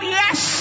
yes